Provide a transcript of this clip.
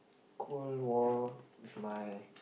cold war with my